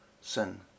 sin